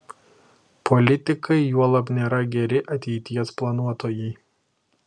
politikai juolab nėra geri ateities planuotojai